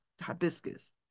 hibiscus